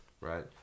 right